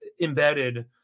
embedded